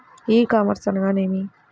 ఈ కామర్స్ అనగానేమి?